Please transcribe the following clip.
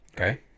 Okay